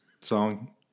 song